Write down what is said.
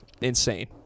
Insane